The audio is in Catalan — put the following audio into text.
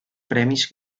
premis